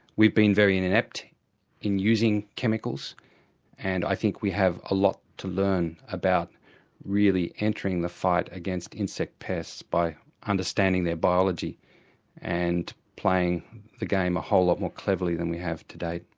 we've been very inept in using chemicals and i think we have a lot to learn about really entering the fight against insect pests by understanding their biology and playing the game a whole lot more cleverly than we have to date.